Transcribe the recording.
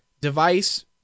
device